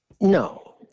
No